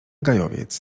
gajowiec